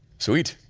sweet,